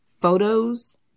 photos